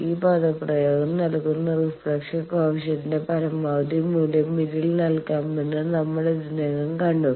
ഈ പദപ്രയോഗം നൽകുന്ന റിഫ്ലക്ഷൻ കോയെഫിഷ്യന്റിന്റെ പരമാവധി മൂല്യം ഇതിൽ നൽകാമെന്ന് നമ്മൾ ഇതിനകം കണ്ടു